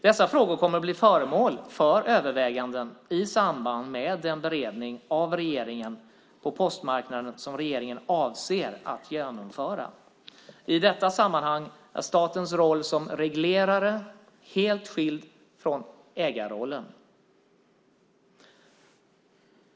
Dessa frågor kommer att bli föremål för överväganden i samband med den beredning rörande postmarknaden som regeringen avser att genomföra. I detta sammanhang är statens roll som reglerare helt skild från ägarrollen.